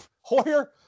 Hoyer